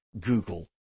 Google